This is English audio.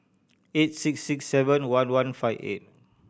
eight six six seven one one five eight